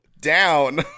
down